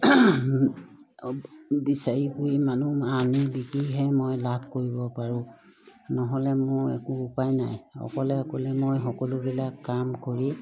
বিচাৰি কৰি মানুহ আনি বিকিহে মই লাভ কৰিব পাৰোঁ নহ'লে মোৰ একো উপায় নাই অকলে অকলে মই সকলোবিলাক কাম কৰি